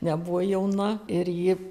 nebuvo jauna ir ji